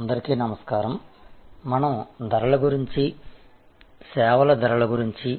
అందరికీ నమస్కారం మనం ధరల గురించి సేవల ధరల గురించి